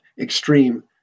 extreme